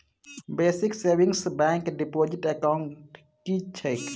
Basic savings bank deposit account की छैक?